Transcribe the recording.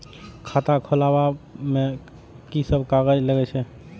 खाता खोलाअब में की सब कागज लगे छै?